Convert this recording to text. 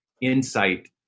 insight